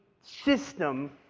system